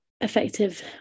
effective